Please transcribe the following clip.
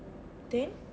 then